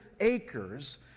acres